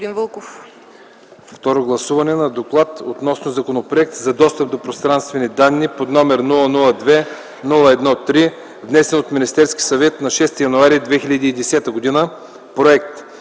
Второ гласуване на доклад относно Законопроект за достъп до пространствени данни, № 002-01-3, внесен от Министерския съвет на 6 януари 2010 г. „Закон